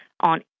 on